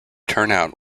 turnout